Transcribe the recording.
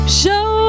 show